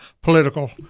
political